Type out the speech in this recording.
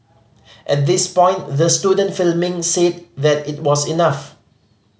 at this point the student filming said that it was enough